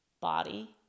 body